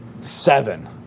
Seven